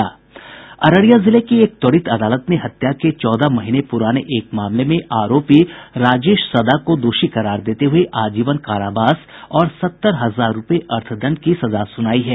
अररिया जिले की एक त्वरित अदालत ने हत्या के चौदह महीने पुराने एक मामले में आरोपी राजेश सदा को दोषी करार देते हुए आजीवन कारावास और सत्तर हजार रूपये अर्थदंड की सजा सुनायी है